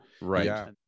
Right